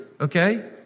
okay